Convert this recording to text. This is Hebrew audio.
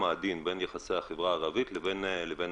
העדין בין יחסי החברה הערבית לבין המשטרה?